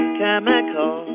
chemical